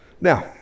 now